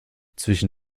zwischen